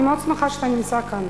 אני מאוד שמחה שאתה נמצא כאן,